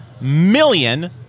million